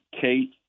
Kate